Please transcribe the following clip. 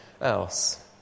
else